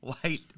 white